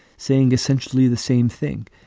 saying essentially the same thing,